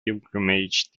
pilgrimage